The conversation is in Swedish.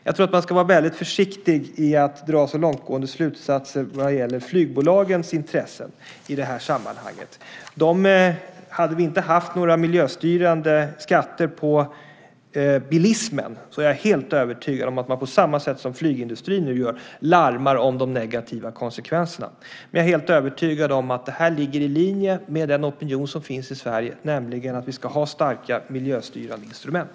Jag tror att man ska vara väldigt försiktig med att dra alltför långtgående slutsatser när det gäller flygbolagens intressen i det här sammanhanget. Hade vi inte haft några miljöstyrande skatter på bilismen är jag helt övertygad om att man på samma sätt som flygindustrin nu gör hade larmat om de negativa konsekvenserna. Jag är helt övertygad om att det här ligger i linje med den opinion som finns i Sverige, nämligen att vi ska ha starka miljöstyrande instrument.